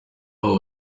aho